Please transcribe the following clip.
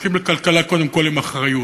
זקוקים לכלכלה קודם כול עם אחריות,